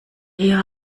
eher